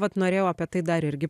vat norėjau apie tai dar irgi